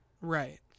Right